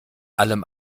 allem